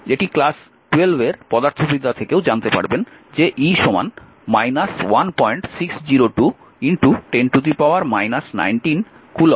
এটি ক্লাস 12 এর পদার্থবিদ্যা থেকেও জানতে পারবেন যে e 1602 10 19 কুলম্ব